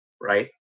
right